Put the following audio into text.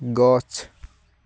গছ